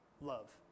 love